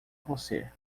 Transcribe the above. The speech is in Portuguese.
você